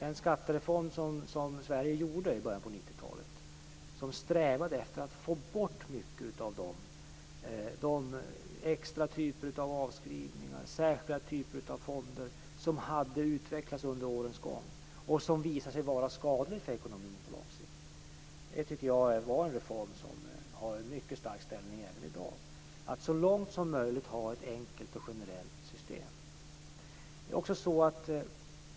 Den skattereform som Sverige genomförde i början av 90 talet, som strävade efter att få bort mycket av de extra typer av avskrivningar och särskilda typer av fonder som hade utvecklats under årens gång, och som visade sig vara skadliga för ekonomin på lång sikt, tycker jag var en reform som har en mycket stark ställning även i dag. Man skall så långt som möjligt ha ett enkelt och generellt system.